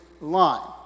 line